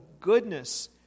goodness